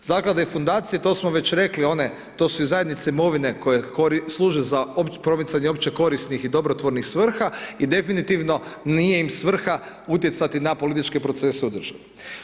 Zaklade i fundacije, to smo već rekli, one, to su i zajednice imovine koje služe za promicanje opće korisnih i dobrotvornih svrha i definitivno, nije im svrha utjecati na političke procese u državi.